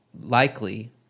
likely